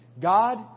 God